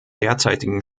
derzeitigen